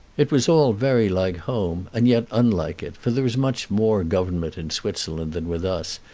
it was all very like home, and yet unlike it, for there is much more government in switzerland than with us,